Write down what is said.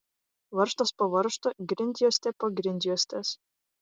varžtas po varžto grindjuostė po grindjuostės